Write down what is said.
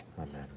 Amen